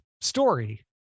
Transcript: story